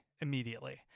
immediately